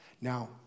Now